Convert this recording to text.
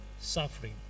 suffering